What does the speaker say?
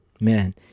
man